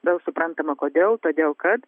vėl suprantama kodėl todėl kad